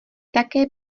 také